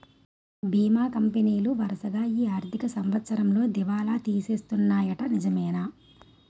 బీమా కంపెనీలు వరసగా ఈ ఆర్థిక సంవత్సరంలో దివాల తీసేస్తన్నాయ్యట నిజమేనా